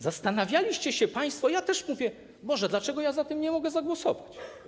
Zastanawialiście się, państwo... ja też mówię: Boże, dlaczego za tym nie mogę zagłosować?